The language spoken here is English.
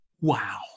Wow